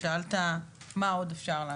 שאלת מה עוד אפשר לעשות.